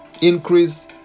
increase